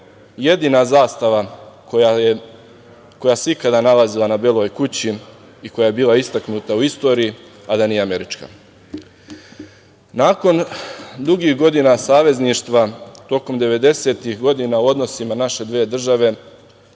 jedina zastava koja se ikada nalazila na Beloj kući i koja je bila istaknuta u istoriji, a da nije američka. Nakon dugih godina savezništva tokom 90-ih godina u odnosima naše dve države